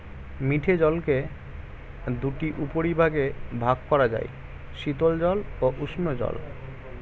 মিঠে জলকে দুটি উপবিভাগে ভাগ করা যায়, শীতল জল ও উষ্ঞ জল